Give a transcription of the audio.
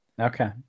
Okay